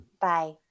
Bye